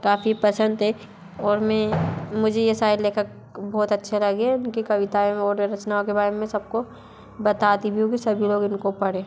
काफ़ी पसंद है और मैं मुझे ये सारे लेखक बहुत अच्छे लगे उनकी कविताएँ और रचनाओं के बारे में मैं सबको बताती भी हूँ कि सभी लोग इनको पढ़ें